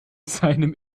seinen